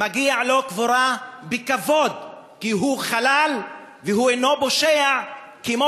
מגיעה לו קבורה בכבוד כי הוא חלל והוא אינו פושע כמו